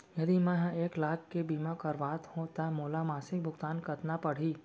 यदि मैं ह एक लाख के बीमा करवात हो त मोला मासिक भुगतान कतना पड़ही?